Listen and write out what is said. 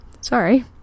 Sorry